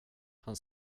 han